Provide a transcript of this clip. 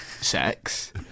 sex